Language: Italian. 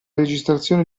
registrazione